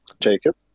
Jacob